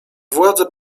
władze